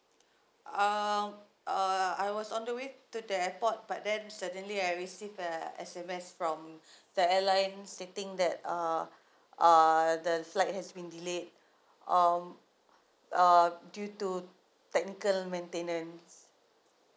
uh I was on the way to the airport but then suddenly I received a S_M_S from the airline stating that uh the flight has been delayed um uh due to technical maintenance